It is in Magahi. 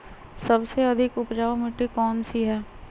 सबसे अधिक उपजाऊ मिट्टी कौन सी हैं?